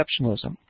exceptionalism